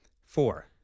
four